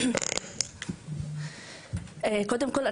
קודם כל,